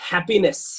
Happiness